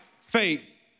faith